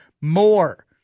More